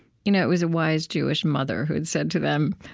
you know it was a wise jewish mother who had said to them,